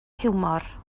hiwmor